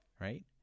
Right